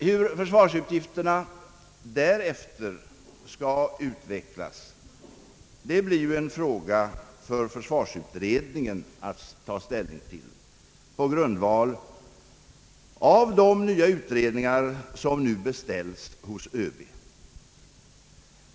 Hur försvarsutgifterna därefter skall utvecklas blir ju en fråga för försvarsutredningen att ta ställning till på grundval av de nya utredningar som nu beställts hos ÖB.